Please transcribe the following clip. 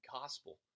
gospel